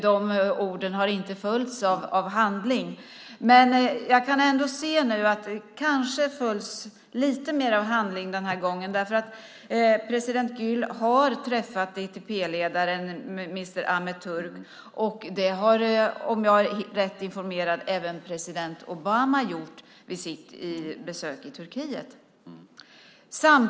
De orden har inte följts av handling, men jag kan ändå se att de kanske följs av lite mer handling den här gången, eftersom president Gül har träffat DTP-ledaren Mr Ahmet Turk. Det har, om jag är rätt informerad, även president Obama gjort vid sitt besök i Turkiet.